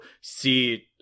see